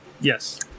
yes